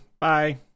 bye